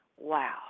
Wow